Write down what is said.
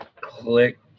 click